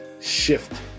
shift